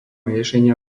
riešenia